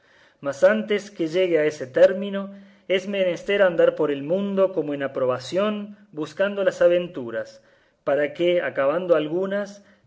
mas antes que se llegue a ese término es menester andar por el mundo como en aprobación buscando las aventuras para que acabando algunas